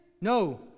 No